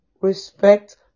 Respect